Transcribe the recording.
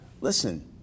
listen